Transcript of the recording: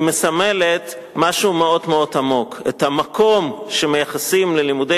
מסמלת משהו מאוד-מאוד עמוק: את המקום שמייחסים ללימודי